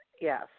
Yes